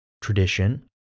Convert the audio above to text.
tradition